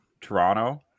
Toronto